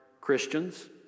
Christians